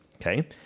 okay